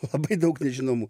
labai daug nežinomų